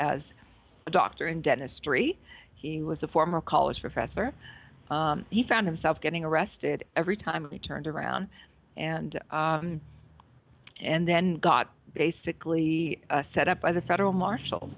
as a doctor in dentistry he was a former college professor he found himself getting arrested every time he turned around and and then got basically set up by the federal marshal